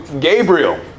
Gabriel